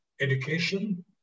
education